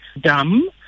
dumb